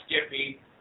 skippy